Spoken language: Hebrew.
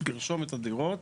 צריך לרשום את הדירות.